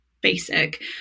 basic